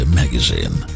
magazine